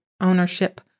ownership